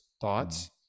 thoughts